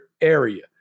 area